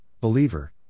believer